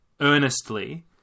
earnestly